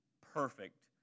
perfect